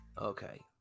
Okay